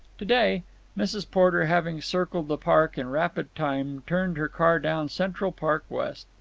to-day mrs. porter, having circled the park in rapid time, turned her car down central park west.